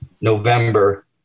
November